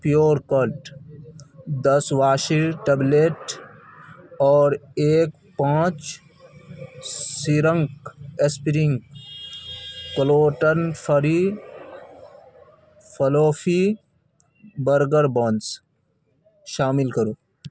pure cut دس washer tablet اور ایک pouch shrink spring gluten free fluffy burger buns شامل کرو